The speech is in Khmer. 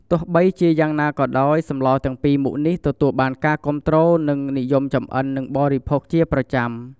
ទោះបីជាយ៉ាងណាក៍ដោយសម្លទាំងពីរមុខនេះ ទទួលបានការគាំទ្រ និងនិយមចម្អិននិងបរិភោគជាប្រចាំ។